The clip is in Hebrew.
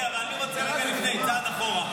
אבל אני רוצה רגע לפני צעד אחורה.